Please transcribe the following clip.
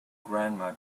grandma